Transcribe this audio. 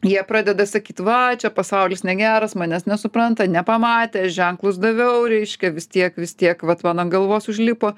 jie pradeda sakyt va čia pasaulis negeras manęs nesupranta nepamatė ženklus daviau reiškia vis tiek vis tiek vat man ant galvos užlipo